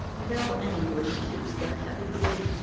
pale anguish keeps the heavy gate,